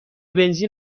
بنزین